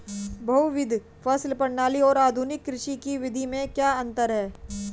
बहुविध फसल प्रणाली और आधुनिक कृषि की विधि में क्या अंतर है?